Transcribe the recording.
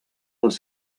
les